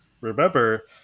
remember